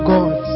God